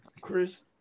chris